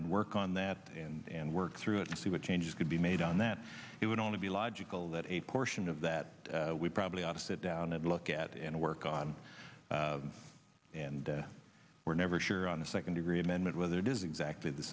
and work on that and work through it to see what changes could be made on that it would only be logical that a portion of that we probably ought to sit down and look at it and work on and we're never sure on the second degree amendment whether it is exactly the